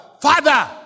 Father